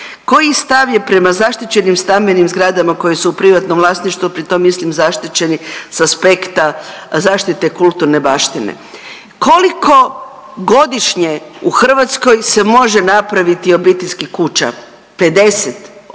Koji stav je prema zaštićenim stambenim zgradama koje su u privatnom vlasništvu, a pri tom mislim zaštićeni s aspekta zaštite kulturne baštine? Koliko godišnje u Hrvatskoj se može napraviti obiteljskih kuća? 50,